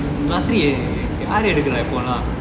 class three a யாரு எடுக்குரா இப்போலாம்:yaaru edukra ippolam